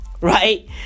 right